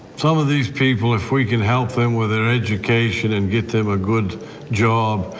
some of these people if we can help them with their education and get them a good job.